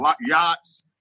yachts